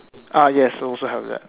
ah yes also have that